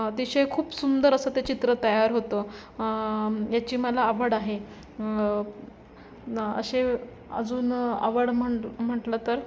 अतिशय खूप सुंदर असं ते चित्र तयार होतं म् याची मला आवड आहे न् असे अजून आवड म्हं म्हटलं तर